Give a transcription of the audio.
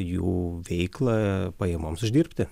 jų veiklą pajamoms uždirbti